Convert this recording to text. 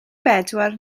bedwar